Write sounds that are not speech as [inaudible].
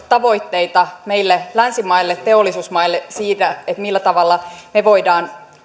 [unintelligible] tavoitteita meille länsimaille teollisuusmaille millä tavalla me voimme